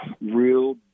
real